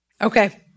Okay